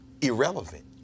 irrelevant